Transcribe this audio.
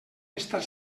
estar